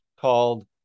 called